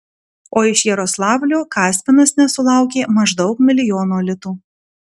o iš jaroslavlio kaspinas nesulaukė maždaug milijono litų